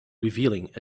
revealing